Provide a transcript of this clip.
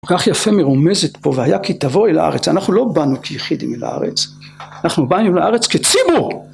כל כך יפה מרומזת פה והיה כי תבואו אל הארץ, אנחנו לא באנו כיחידים אל הארץ אנחנו באנו לארץ כציבור